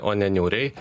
o ne niūriai